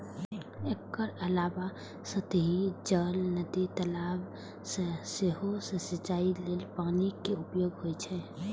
एकर अलावे सतही जल, नदी, तालाब सं सेहो सिंचाइ लेल पानिक उपयोग होइ छै